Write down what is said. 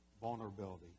vulnerability